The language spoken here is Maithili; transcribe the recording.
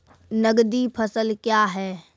नगदी फसल क्या हैं?